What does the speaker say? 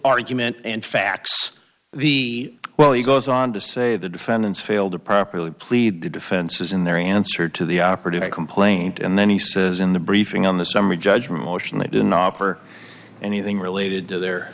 argument and facts the well he goes on to say the defendants failed to properly plead to defenses in their answer to the operative complaint and then he says in the briefing on the summary judgment motion they didn't offer anything related to their